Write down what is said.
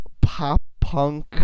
pop-punk